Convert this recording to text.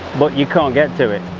but you can't get to it.